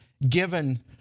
given